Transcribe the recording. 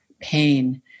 pain